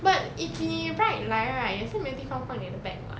but if he ride bike right 也是没地方放你的 bag